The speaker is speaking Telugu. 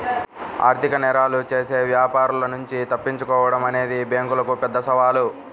ఆర్థిక నేరాలు చేసే వ్యాపారుల నుంచి తప్పించుకోడం అనేది బ్యేంకులకు పెద్ద సవాలు